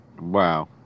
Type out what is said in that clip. Wow